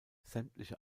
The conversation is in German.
sämtliche